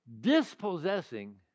Dispossessing